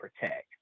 protect